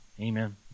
amen